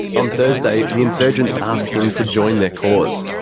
on thursday, the insurgents asked him to join their cause.